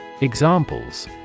Examples